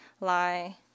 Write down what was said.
lie